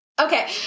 Okay